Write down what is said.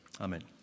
amen